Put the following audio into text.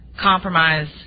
compromise